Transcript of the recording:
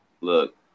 Look